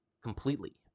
completely